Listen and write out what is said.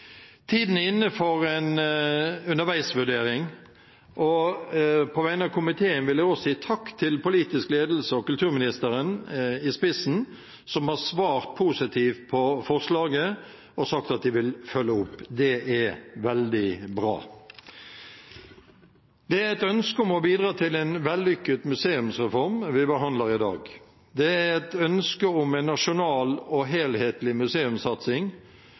Tiden er inne for en underveisvurdering. På vegne av komiteen vil jeg også si takk til politisk ledelse, med kulturministeren i spissen, som har svart positivt på forslaget og sagt at de vil følge opp. Det er veldig bra. Det er et ønske om å bidra til en vellykket museumsreform vi behandler i dag. Det er et ønske om en nasjonal og helhetlig museumssatsing